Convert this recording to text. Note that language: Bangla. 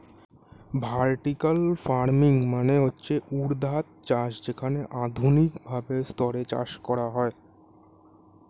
ভার্টিকাল ফার্মিং মানে হচ্ছে ঊর্ধ্বাধ চাষ যেখানে আধুনিক ভাবে স্তরে চাষ করা হয়